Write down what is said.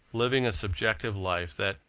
living a subjective life that,